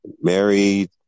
married